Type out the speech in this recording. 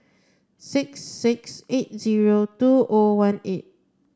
six six eight zero two O one eight